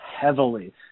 heavily